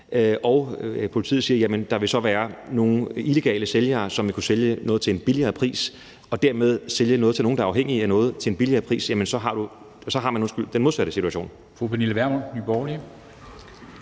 at politiet siger, at der så vil være nogle illegale sælgere, som vil kunne sælge noget til en billigere pris til nogen, der er afhængige af noget, så har man den modsatte situation.